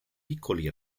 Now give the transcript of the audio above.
piccoli